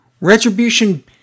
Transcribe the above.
retribution